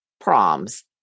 proms